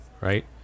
right